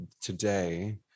today